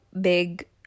big